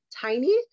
tiny